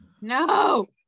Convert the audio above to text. No